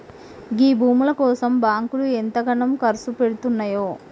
గీ భూముల కోసం బాంకులు ఎంతగనం కర్సుపెడ్తున్నయో